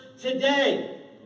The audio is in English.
today